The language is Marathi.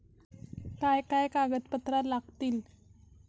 काय काय कागदपत्रा लागतील?